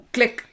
Click